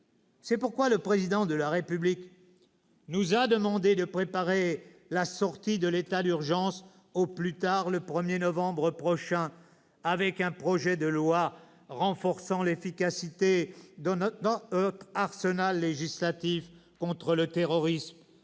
C'est pourquoi le Président de la République nous a demandé de préparer la sortie de l'état d'urgence au plus tard le 1novembre prochain, avec un projet de loi renforçant l'efficacité de notre arsenal législatif contre le terrorisme,